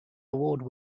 award